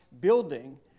building